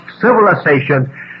civilization